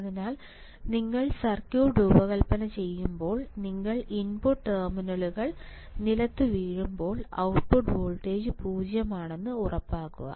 അതിനാൽ നിങ്ങൾ സർക്യൂട്ട് രൂപകൽപ്പന ചെയ്യുമ്പോൾ നിങ്ങൾ ഇൻപുട്ട് ടെർമിനലുകൾ നിലത്തുവീഴുമ്പോൾ ഔട്ട്പുട്ട് വോൾട്ടേജ് 0 ആണെന്ന് ഉറപ്പാക്കുക